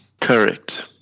Correct